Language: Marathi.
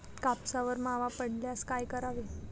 कापसावर मावा पडल्यास काय करावे?